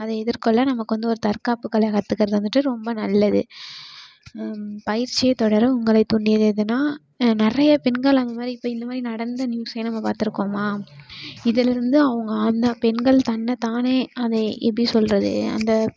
அதை எதிர்கொள்ள நமக்கு வந்து ஒரு தற்காப்புக் கலைக் கற்றுகறது வந்துட்டு ரொம்ப நல்லது பயிற்சியை தொடர உங்களைத் தூண்டியது எதுனால் நிறைய பெண்கள் அந்த மாதிரி இப்போ இந்த மாதிரி நடந்த நியூஸ்ஸே நம்ம பார்த்துருக்கோமா இதிலேருந்து அவங்க அந்த பெண்கள் தன்னை தானே அதை எப்படி சொல்கிறது அந்த